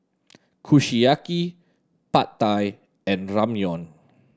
Kushiyaki Pad Thai and Ramyeon